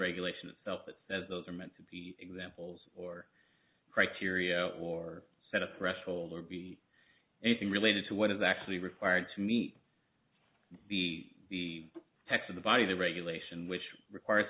regulation of self that as those are meant to be examples or criteria or set up rest hold or be anything related to what is actually required to meet the the text of the body the regulation which requires